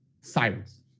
silence